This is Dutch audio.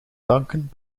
tanken